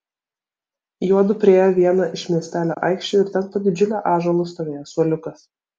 juodu priėjo vieną iš miestelio aikščių ir ten po didžiuliu ąžuolu stovėjo suoliukas